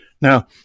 Now